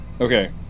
Okay